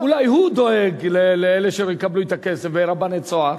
אולי הוא דואג לאלה שיקבלו את הכסף, לרבני "צהר".